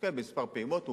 מתקיים בכמה פעימות.